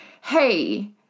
Hey